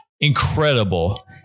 incredible